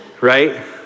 right